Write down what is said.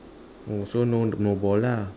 oh so no no ball lah